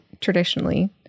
traditionally